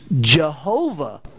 Jehovah